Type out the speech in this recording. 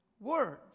words